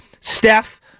Steph